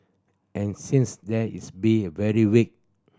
and since then it's been very weak